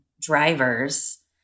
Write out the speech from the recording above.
drivers